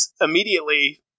immediately